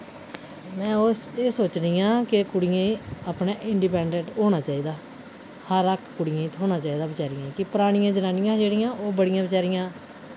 मैं उस एह् सोचनी आं कि कुड़ियें अपना इंडिपेंडेंट होना चाहिदा हर हक्क कुड़ियें थ्होना चाहिदा बचारियें की परानियां जनानियां हां जेह्ड़ियां ओह् बड़ियां बचारियां